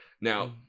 Now